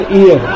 ear